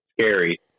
scary